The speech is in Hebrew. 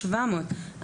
המשפטיים נמצאים בחוק.